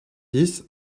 dix